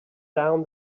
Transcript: down